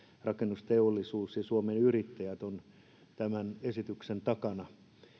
rakennusteollisuus ja suomen yrittäjät ovat tämän esityksen takana